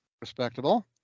Respectable